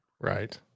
Right